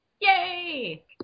Yay